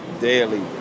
daily